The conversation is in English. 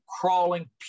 crawling